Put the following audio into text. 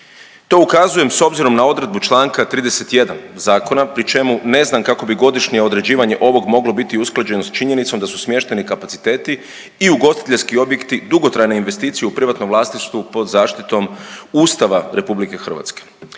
To ukazujem s obzirom na odredbu čl. 31 zakona pri čemu ne znam kako bi godišnje određivanje ovog moglo biti usklađeno s činjenicom da su smještajni kapaciteti i ugostiteljski objekti dugotrajna investicija u privatnom vlasništvu pod zaštitom Ustava RH. Ovaj